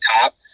top